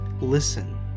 listen